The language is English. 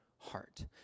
heart